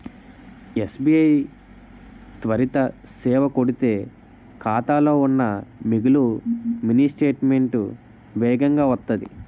SBI త్వరిత సేవ కొడితే ఖాతాలో ఉన్న మిగులు మినీ స్టేట్మెంటు వేగంగా వత్తాది